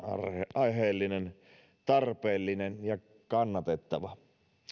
aiheellinen tarpeellinen ja kannatettava